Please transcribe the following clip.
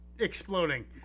Exploding